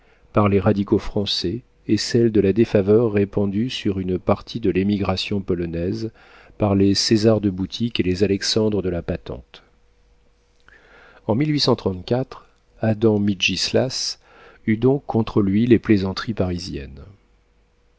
par les radicaux français et celle de la défaveur répandue sur une partie de l'émigration polonaise par les césar de boutique et les alexandre de la patente en adam mitgislas laginski eut donc contre lui les plaisanteries parisiennes